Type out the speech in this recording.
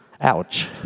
ouch